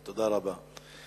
תודה רבה.